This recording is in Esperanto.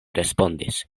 respondis